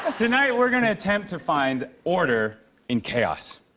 tonight, we're going to attempt to find order in chaos.